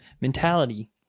mentality